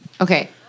Okay